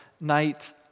night